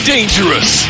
Dangerous